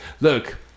Look